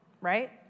right